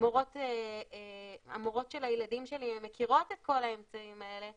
המורות של הילדים שלי אם הן מכירות את כל האמצעים האלה,